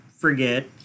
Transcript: Forget